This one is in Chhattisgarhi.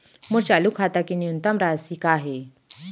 मोर चालू खाता के न्यूनतम राशि का हे?